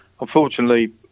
Unfortunately